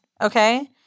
Okay